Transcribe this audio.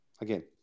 again